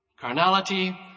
Carnality